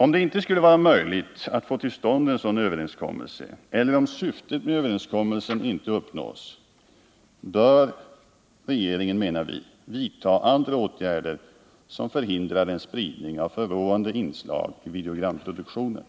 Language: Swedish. Om det inte skulle vara möjligt att få till stånd en sådan överenskommelse eller om syftet med överenskommelsen inte uppnås, bör regeringen enligt vår mening vidta andra åtgärder som förhindrar en spridning av förråande inslag vid videogramproduktionen.